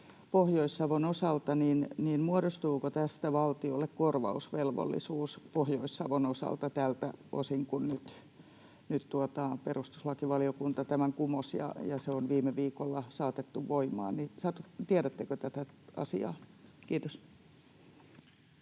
Pohjois-Savon osalta, muodostuuko tästä valtiolle korvausvelvollisuus Pohjois-Savon osalta tältä osin, kun nyt perustuslakivaliokunta tämän kumosi ja se on viime viikolla saatettu voimaan. Tiedättekö tätä asiaa? — Kiitos.